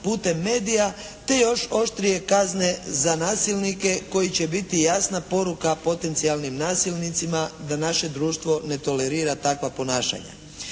putem medija, te još oštrije kazne za nasilnike koji će biti jasna poruka potencijalnim nasilnicima da naše društvo ne tolerira takva ponašanja.